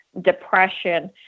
depression